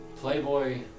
Playboy